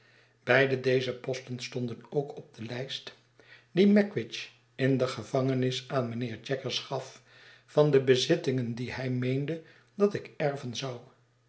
beide deze posten stonden ook op delijst die magwitch in de gevangenis aan mijnheer jaggers gaf van de bezittingen die hij meende dat ik erven zou